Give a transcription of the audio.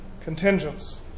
contingents